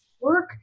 work